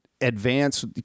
advance